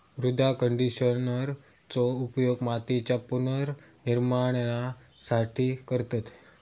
मृदा कंडिशनरचो उपयोग मातीच्या पुनर्निर्माणासाठी करतत